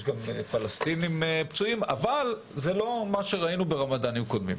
יש גם פלסטינים פצועים אבל זה לא מה שראינו בחגים קודמים.